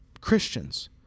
Christians